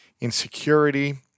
insecurity